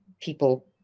people